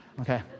okay